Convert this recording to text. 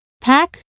Pack